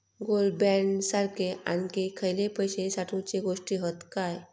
Gold bond सारखे आणखी खयले पैशे साठवूचे गोष्टी हत काय?